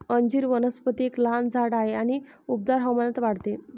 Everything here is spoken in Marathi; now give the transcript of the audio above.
अंजीर वनस्पती एक लहान झाड आहे आणि उबदार हवामानात वाढते